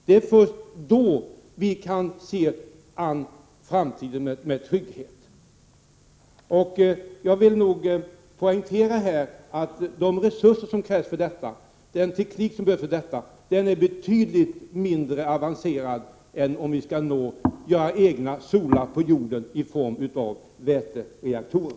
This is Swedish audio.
Det är först då vi kan se framtiden an med trygghet. Jag vill poängtera att den teknik som krävs för detta är betydligt mindre avancerad än den teknik som krävs om vi skall göra våra egna solar på jorden i form av vätereaktorer.